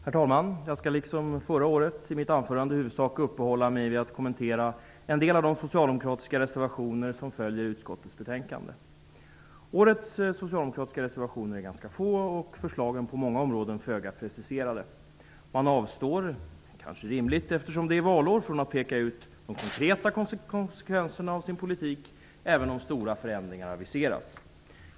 Herr talman! Jag skall liksom förra året i mitt anförande i huvudsak uppehålla mig vid att kommentera en del av de socialdemokratiska reservationer som fogats till utskottets betänkande. Årets socialdemokratiska reservationer är ganska få och förslagen på många områden föga preciserade. Man avstår -- det kanske är rimligt eftersom det är valår -- från att peka ut de konkreta konsekvenserna av sin politik, även om stora förändringar aviseras.